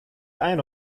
ein